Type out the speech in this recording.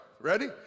ready